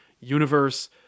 universe